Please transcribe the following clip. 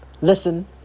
listen